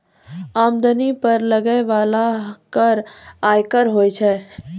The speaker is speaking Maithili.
आमदनी पर लगै बाला कर आयकर होय छै